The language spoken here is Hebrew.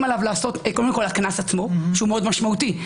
עליו לעשות קודם כל הקנס עצמו שהוא מאוד משמעותי,